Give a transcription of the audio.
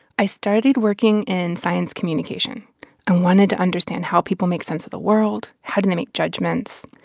i started working in science communication and wanted to understand how people make sense of the world, how do they make judgments.